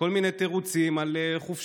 כל מיני תירוצים על חופשות,